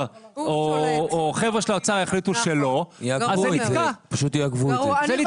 או חבר'ה של האוצר יחליטו שלו זה פשוט נתקע.